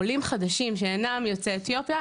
עולים חדשים שאינם יוצאי אתיופיה,